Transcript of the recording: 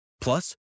plus